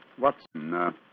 Watson